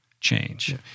change